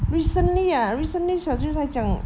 recently ah recently 小舅才讲